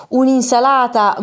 un'insalata